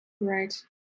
Right